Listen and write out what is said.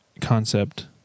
concept